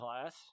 Class